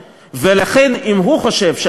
ולו הוא מחויב להביא ביטחון.